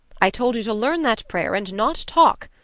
i told you to learn that prayer and not talk.